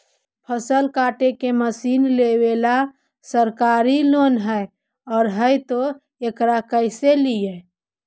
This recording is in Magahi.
फसल काटे के मशीन लेबेला सरकारी लोन हई और हई त एकरा कैसे लियै?